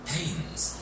Haynes